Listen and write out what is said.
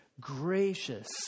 gracious